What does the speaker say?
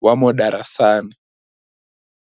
Wamo darasani .